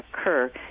occur